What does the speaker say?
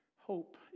Hope